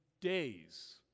days